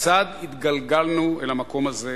כיצד התגלגלנו אל המקום הזה,